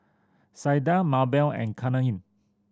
Sydell Mabell and Katheryn